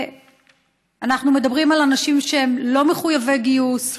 אנחנו מדברים על אנשים שהם לא מחויבי גיוס,